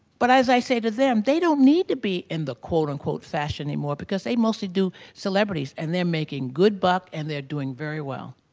but, as i say to them, they don't need to be in the quote-unquote fashion anymore because they mostly do celebrities and they're making good buck and they're doing very well.